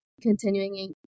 continuing